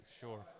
sure